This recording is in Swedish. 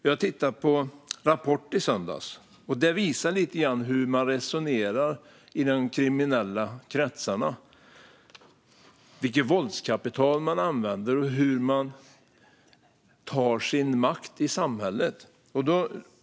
Jag tittade på Rapport i söndags och såg då lite grann av hur man resonerar i de kriminella kretsarna, vilket våldskapital man använder och hur man tar sin makt i samhället.